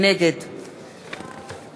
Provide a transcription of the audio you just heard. נגד